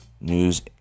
news